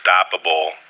unstoppable